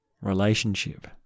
relationship